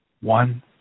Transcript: One